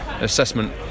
assessment